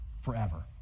forever